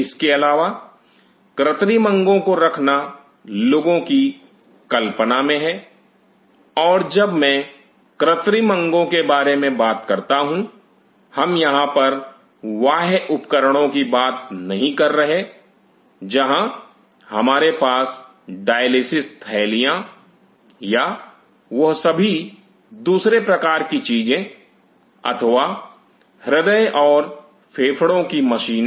इसके अलावा कृत्रिम अंगों को रखना लोगों की कल्पना में हैं और जब मैं कृत्रिम अंगों के बारे में बात करता हूं हम यहां पर बाह्य उपकरणों की बात नहीं कर रहे जहां हमारे पास डायलिसिस थैलियां या वह सभी दूसरे प्रकार की चीजें अथवा हृदय और फेफड़ों की मशीनें